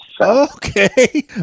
Okay